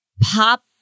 pop